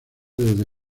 desde